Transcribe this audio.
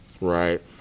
right